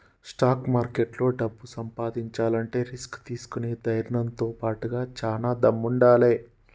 stock మార్కెట్లో డబ్బు సంపాదించాలంటే రిస్క్ తీసుకునే ధైర్నంతో బాటుగా చానా దమ్ముండాలే